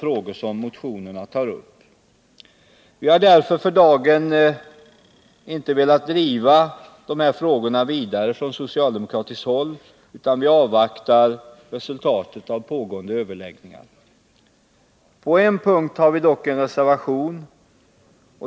Vi har därför för dagen inte velat driva de här frågorna vidare från socialdemokratiskt håll, utan vi avvaktar resultatet av pågående överläggningar. På en punkt har vi dock en reservation.